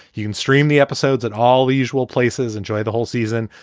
you can stream the episodes at all the usual places, enjoy the whole season,